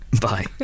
bye